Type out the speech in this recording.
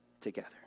together